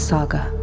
Saga